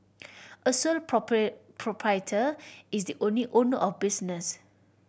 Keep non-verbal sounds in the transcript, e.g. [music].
[noise] a sole [unintelligible] proprietor is the only owner of business